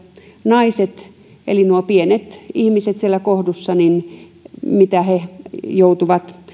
naiset eli nuo pienet ihmiset siellä kohdussa niin mitä he joutuvat